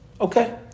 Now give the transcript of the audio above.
Okay